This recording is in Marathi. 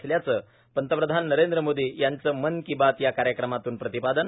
असल्याचं पंतप्रधान नरेंद्र मोदी यांचं मन की बात या कार्यक्रमातून प्रतिपादन